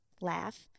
laugh